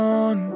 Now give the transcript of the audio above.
on